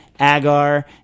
agar